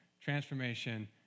transformation